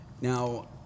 Now